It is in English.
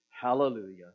Hallelujah